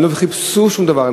הם לא חיפשו שום דבר,